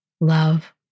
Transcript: love